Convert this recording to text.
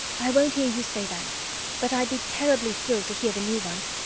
i won't hear you say that but i'd be terribly thrilled to hear the new ones.